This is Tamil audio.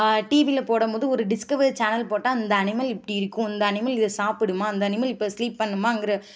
டிவியில போடும்போது ஒரு டிஸ்கவரி சேனல் போட்டால் இந்த அனிமல் இப்படி இருக்கும் இந்த அனிமல் இதை சாப்பிடுமா இந்த அனிமல் இப்போ ஸ்லீப் பண்ணுமாங்கிற